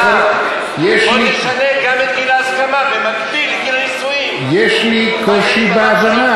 בוא נשנה גם את גיל ההסכמה במקביל לגיל 20. יש לי קושי בהבנה,